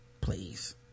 please